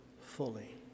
fully